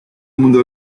mundo